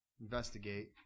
investigate